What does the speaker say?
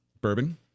bourbon